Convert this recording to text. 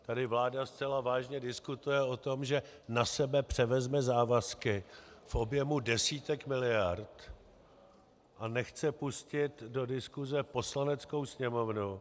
Tady vláda zcela vážně diskutuje o tom, že na sebe převezme závazky v objemu desítek miliard, a nechce pustit do diskuse Poslaneckou sněmovnu.